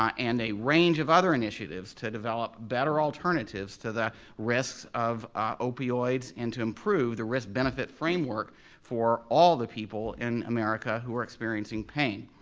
um and a range of other initiatives to develop better alternatives to the risks of opioids and to improve the risk-benefit framework for all the people in america who are experiencing pain.